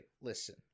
listen